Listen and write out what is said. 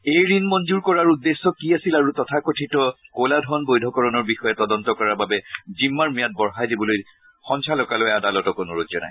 এই ঋণ মঞ্জূৰ কৰাৰ উদ্দেশ্য কি আছিল আৰু তথাকথিত ক'লা ধন বৈধকৰণৰ বিষয়ে তদন্ত কৰাৰ বাবে জিম্মাৰ ম্যাদ বঢ়াই দিবলৈ দিবলৈ সঞ্চলকালয়ে আদালতক অনুৰোধ জনায়